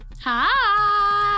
Hi